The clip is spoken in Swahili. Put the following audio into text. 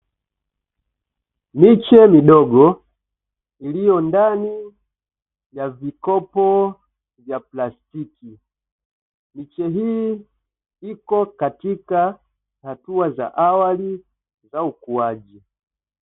Miche midogo iliyo ndani ya vikopo vya plastiki, miche hii iko katika hatua za awali za ukuaji.